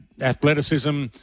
athleticism